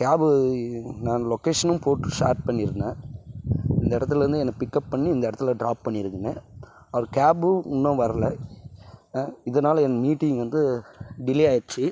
cab நான் லொக்கேஷனும் போட்டு ஷேர் பண்ணிருந்தேன் இந்த இடத்துல இருந்து என்னை பிக்கப் பண்ணி இந்த இடத்துல டிராப் பண்ணிடுங்கன்னு அவர் கேபும் இன்னும் வரல இதனால என் மீட்டிங் வந்து டிலே ஆகிடுச்சி